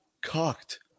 cocked